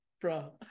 Bro